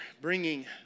bringing